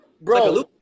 Bro